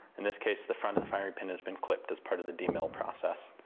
in this case the front of the firing pin has been clipped as part of the demil process,